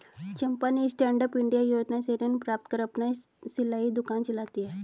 चंपा ने stand up India योजना से ऋण प्राप्त कर अपना सिलाई दुकान चलाती है